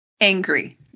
angry